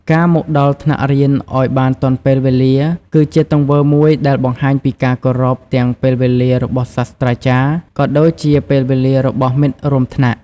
ការ មកដល់ថ្នាក់រៀនឱ្យបានទាន់ពេលវេលា គឺជាទង្វើមួយដែលបង្ហាញពីការគោរពទាំងពេលវេលារបស់សាស្រ្តាចារ្យ ក៏ដូចជាពេលវេលារបស់មិត្តរួមថ្នាក់។